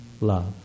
love